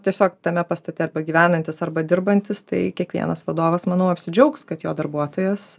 tiesiog tame pastate arba gyvenantis arba dirbantis tai kiekvienas vadovas manau apsidžiaugs kad jo darbuotojas